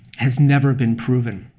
has never been proven.